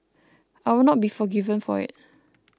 I would not be forgiven for it